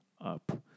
up